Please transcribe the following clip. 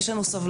יש לנו סבלנות,